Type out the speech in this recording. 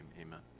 Amen